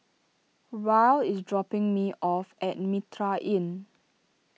Rylie is dropping me off at Mitraa Inn